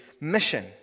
mission